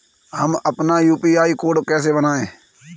हम अपना UPI code कैसे बनाएँ?